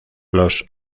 los